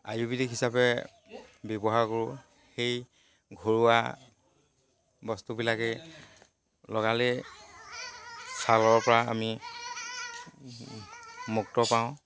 আয়ুৰ্বেদিক হিচাপে ব্যৱহাৰ কৰোঁ সেই ঘৰুৱা বস্তুবিলাকে লগালে ছালৰ পৰা আমি মুক্ত পাওঁ